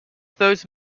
those